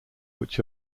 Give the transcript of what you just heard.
which